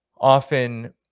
often